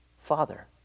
father